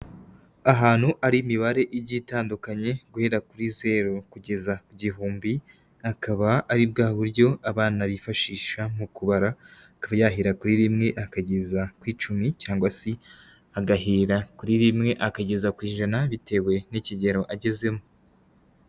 Ahantu ari imibare igiye itandukanye, guhera kuri zero kugeza ku gihumbi, akaba ari bwa buryo abana bifashisha mu kubara, akaba yahera kuri rimwe akageza ku icumi, cyangwa se agahera kuri rimwe akageza ku ijana, bitewe n'ikigero agezemo.